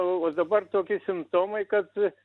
va dabar tokie simptomai kad